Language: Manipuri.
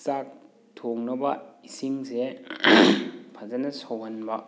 ꯆꯥꯛ ꯊꯣꯡꯅꯕ ꯏꯁꯤꯡꯁꯦ ꯐꯖꯅ ꯁꯧꯍꯟꯕ